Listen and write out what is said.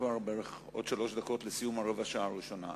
בעוד שלוש דקות אנחנו נמצאים בסיום רבע השעה הראשונה.